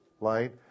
light